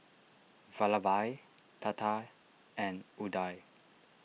Vallabhbhai Tata and Udai